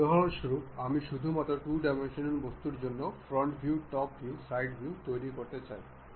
সুতরাং আমরা এটিকে এইভাবে আবর্তিত করব প্রতি বিপ্লবে এটি 5 mm এগিয়ে যায়